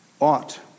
Ought